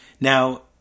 Now